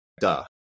duh